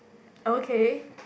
okay